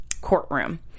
courtroom